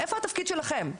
- איפה התפקיד שלכם?